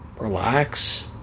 relax